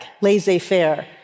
laissez-faire